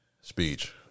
speech